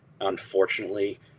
Unfortunately